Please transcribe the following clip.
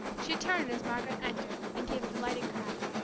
she turned as margaret entered, and gave a delighted cry.